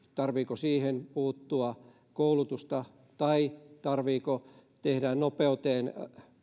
tarvitseeko siihen puuttua tarvitseeko koulutusta tai tarvitseeko tehdä muutoksia nopeuteen